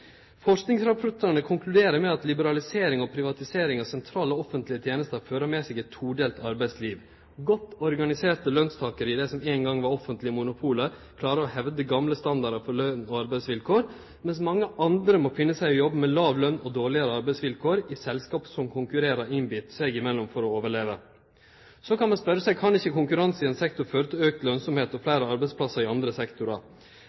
Forskingsrapportane konkluderer med at liberalisering og privatisering av sentrale offentlege tenester fører med seg eit todelt arbeidsliv. Godt organiserte lønstakarar i det som ein gong var offentlege monopol, klarar å hevde gamle standardar for løns- og arbeidsvilkår, mens mange andre må finne seg i å jobbe med låg løn og dårlegare arbeidsvilkår i selskap som konkurrerer innbite seg imellom for å overleve. Så kan ein spørje seg: Kan ikkje konkurranse i ein sektor føre til auka lønsemd og fleire arbeidsplassar i andre sektorar?